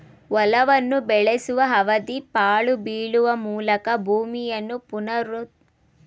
ಹೊಲವನ್ನು ಬೆಳೆಸುವ ಅವಧಿ ಪಾಳು ಬೀಳುವ ಮೂಲಕ ಭೂಮಿಯನ್ನು ಪುನರುತ್ಪಾದಿಸಲು ಅನುಮತಿಸುವ ಅವಧಿಗಿಂತ ಕಡಿಮೆಯಿರ್ತದೆ